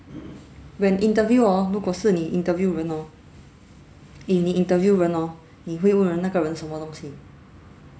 when interview orh 如果是你 interview 人哦 if 你 interview 人哦你会问那个人什么东西